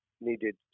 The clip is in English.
needed